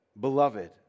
beloved